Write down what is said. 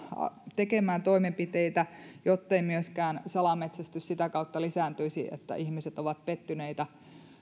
tekemään toimenpiteitä jottei myöskään salametsästys lisääntyisi sitä kautta että ihmiset ovat pettyneitä